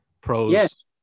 pros